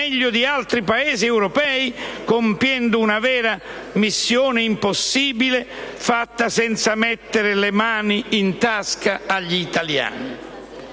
Grazie.